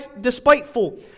despiteful